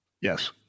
Yes